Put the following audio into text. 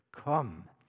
Come